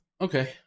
Okay